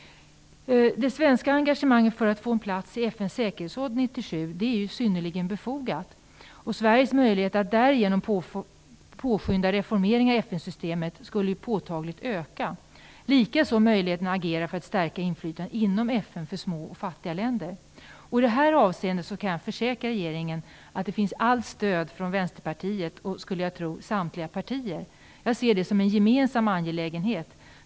Det svenska engagemanget för att få en plats i FN:s säkerhetsråd 1997 är synnerligen befogat. Sveriges möjligheter att därigenom påskynda reformeringen av FN-systemet skulle påtagligt öka, likaså möjligheterna att agera för att stärka små och fattiga länders inflytande inom FN. I det avseendet kan jag försäkra regeringen att allt stöd finns att få från Vänsterpartiet. Ja, jag skulle tro att det gäller samtliga partier. Jag ser nämligen detta som en gemensam angelägenhet.